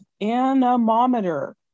anemometer